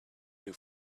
new